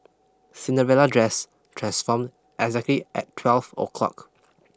Cinderella dress transformed exactly at twelve o'clock